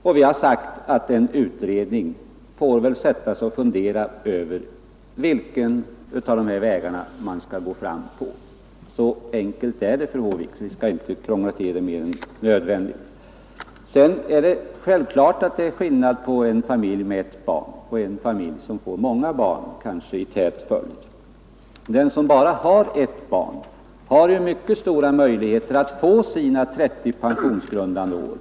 Vad vi har sagt är att en utredning får sätta sig ned och fundera över vilken av dessa två vägar man skall gå fram på. Så enkelt är det, fru Håvik, och vi skall inte krångla till det mer än nödvändigt. Självklart är det skillnad på en familj med ett barn och en familj som får flera barn i tät följd. Den kvinna som bara har ett barn har mycket stora möjligheter att få ihop 30 pensionsgrundande år.